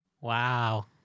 Wow